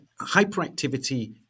hyperactivity